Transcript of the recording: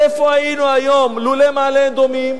איפה היינו היום לולא מעלה-אדומים?